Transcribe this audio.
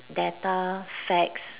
data facts